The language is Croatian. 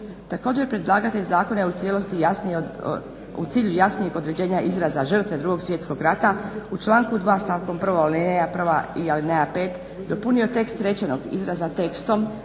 Također predlagatelj zakona je u cilju jasnijeg određenja izraza žrtve Drugog svjetskog rata u članku 2. stavku 1. alineja 1. i alineja 5. dopunio tekst rečenog izraza tekstom